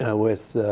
ah with,